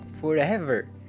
forever